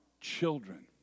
children